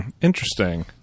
Interesting